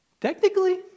Technically